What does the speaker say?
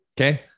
Okay